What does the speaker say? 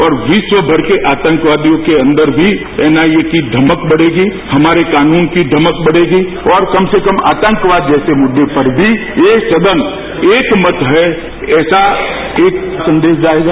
और विश्वमर के आतंकवादियों के अंदर भी एनआईए की धमक बढ़ेगी हमारे कानून की धमक बढ़ेगी और कम से कम आतंकवाद जैसे मूदे पर भी यह सदन एक मत है ऐसा एक संदेश जाएगा